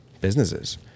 businesses